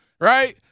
right